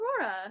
Aurora